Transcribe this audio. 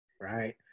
right